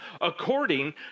according